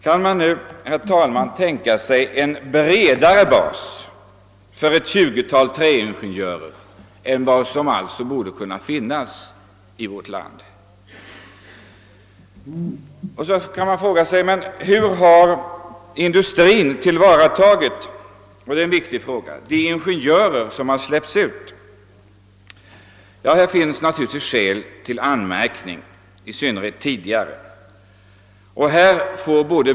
Går det då, herr talman, att tänka sig en bredare bas för ett tjugotal träingenjörer än vad som finns i vårt land? Hur har vidare — och det är en viktig fråga — industrin tillvaratagit de ingenjörer som utexaminerats? På den sist ställda frågan vill jag själv svara att det finns skäl till anmärkning. I synnerhet tidigare handlade man därvidlag inte som man bort göra.